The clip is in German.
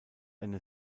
eine